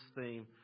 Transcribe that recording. theme